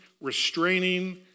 restraining